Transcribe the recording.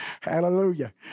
Hallelujah